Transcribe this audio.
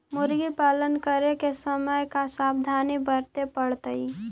मुर्गी पालन करे के समय का सावधानी वर्तें पड़तई?